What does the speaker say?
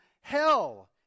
hell